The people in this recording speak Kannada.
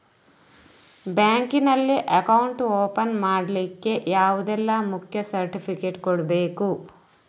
ಬ್ಯಾಂಕ್ ನಲ್ಲಿ ಅಕೌಂಟ್ ಓಪನ್ ಮಾಡ್ಲಿಕ್ಕೆ ಯಾವುದೆಲ್ಲ ಮುಖ್ಯ ಸರ್ಟಿಫಿಕೇಟ್ ಕೊಡ್ಬೇಕು?